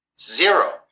zero